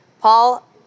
Paul